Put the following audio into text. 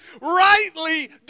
Rightly